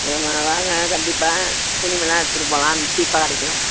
ஆமாம் வாங்க கண்டிப்பாக துணிமணியெலாம் எடுத்துகிட்டு போகலாம் சீப்பாக கிடைக்கும்